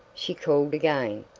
she called again,